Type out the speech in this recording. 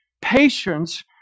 patience